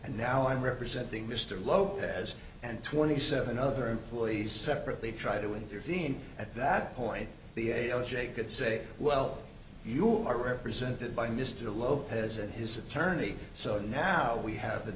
and now i'm representing mr lopez and twenty seven other employees separately try to intervene at that point the a o j could say well you are represented by mr lopez and his attorney so now we have the